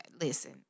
listen